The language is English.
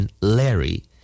Larry